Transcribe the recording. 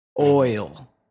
Oil